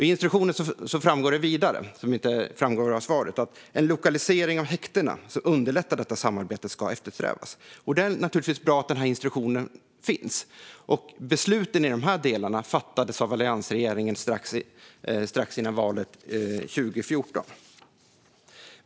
Av instruktionen framgår vidare, vilket inte står i svaret, att en lokalisering av häktena som underlättar detta samarbete ska eftersträvas. Det är naturligtvis bra att denna instruktion finns, och beslut i denna del fattades av alliansregeringen strax före valet 2014.